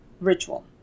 ritual